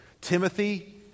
Timothy